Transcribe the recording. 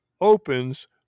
opens